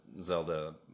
Zelda